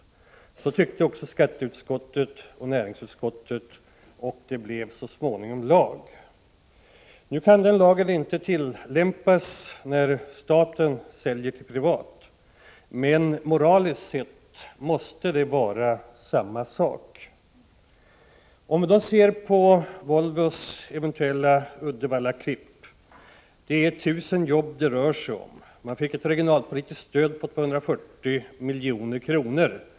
Så tyckte också skatteutskottet och näringsutskottet, och vi fick så småningom en lag för att förhindra dem. Nu kan den lagen inte tillämpas när staten säljer till det privata näringslivet, men moraliskt sett borde samma värderingar gälla. I fallet med Volvos eventuella ”Uddevalla-klipp” rör det sig om 1 000 jobb. Volvo fick ett regionalpolitiskt stöd med 240 milj.kr.